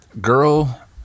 girl